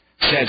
says